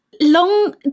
long